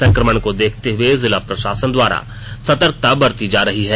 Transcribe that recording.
संकमण को देखते हुए जिला प्रशासन द्वारा सतर्कता बरती जा रही है